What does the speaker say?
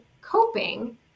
coping